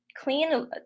clean